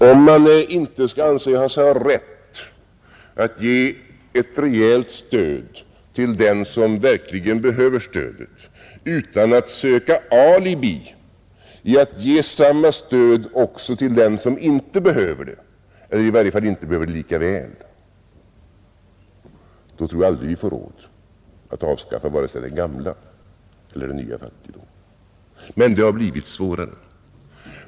Om man inte skall anse sig ha rätt att ge ett rejält stöd till den som verkligen behöver stödet utan att söka alibi i att ge samma stöd också till den som inte behöver det, eller i varje fall inte behöver det lika väl, då tror jag aldrig att vi får råd att avskaffa vare sig den gamla eller den nya fattigdomen.